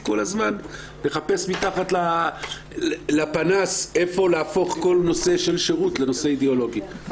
כל הזמן לחפש מתחת לפנס איפה להפוך כל נושא של שירות לנושא אידיאולוגי.